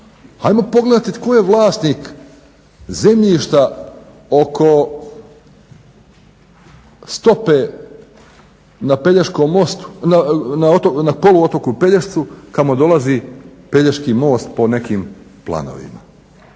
ajmo pogledati tko je vlasnik zemljišta oko stope na poluotoku Pelješcu kamo dolazi Pelješki most po nekim planovima,